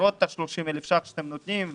עוברות את ה-30,000 שקלים שאתם נותנים.